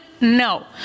No